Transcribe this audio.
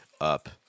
up